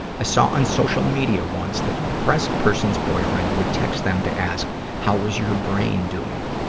i saw on social media once that a depressed person's boyfriend would text them to ask how is your brain doing?